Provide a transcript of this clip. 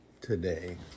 Today